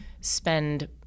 spend